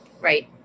Right